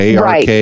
ARK